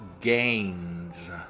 gains